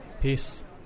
Peace